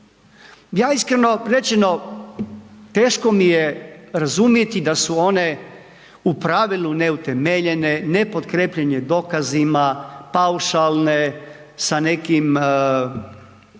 Ja iskreno rečeno, teško mi je razumjeti da su one u pravilu neutemeljene, nepotkrjepljenje dokazima, paušalne, sa nekim